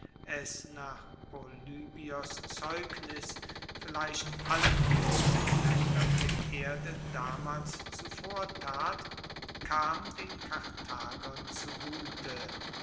es nach polybios zeugnis vielleicht allen uebrigen laendern der erde damals zuvortat kam den karthagern zugute